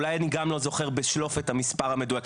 אולי אני גם לא זוכר בשלוף את המספר המדויק,